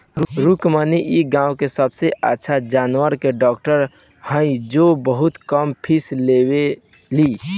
रुक्मिणी इ गाँव के सबसे अच्छा जानवर के डॉक्टर हई जे बहुत कम फीस लेवेली